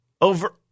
over